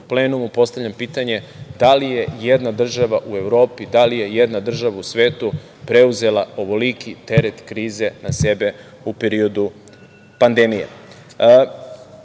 plenumu, postavljam pitanje da li je i jedna država u Evropi, da li je i jedna država u svetu preuzela ovoliki teret krize na sebe u periodu pandemije. Tokom